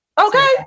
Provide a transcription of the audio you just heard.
okay